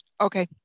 Okay